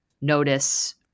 notice